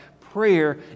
Prayer